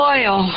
Oil